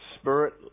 spirit